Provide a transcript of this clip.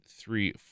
three